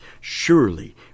surely